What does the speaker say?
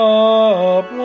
up